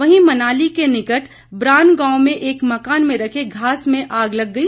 वही मनाली के निकट ब्रान गांव में एक मकान में रखे घास में आग लग गई